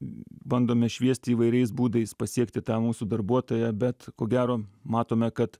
bandome šviesti įvairiais būdais pasiekti tą mūsų darbuotoją bet ko gero matome kad